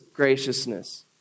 graciousness